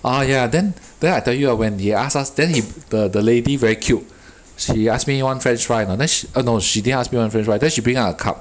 uh ya then then I tell you when they asked us then if the the lady very cute she ask me want french fries or not then sh~ uh no she didn't ask me want french right then she bring up a cup